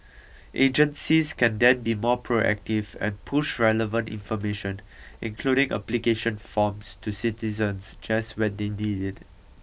agencies can then be more proactive and push relevant information including application forms to citizens just when they need it